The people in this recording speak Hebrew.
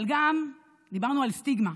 אבל גם דיברנו על סטיגמה,